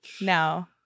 No